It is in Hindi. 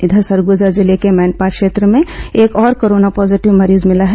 इधर सरगुजा जिले के मैनपाट क्षेत्र में एक और कोरोना पॉजीटिव मरीज मिला है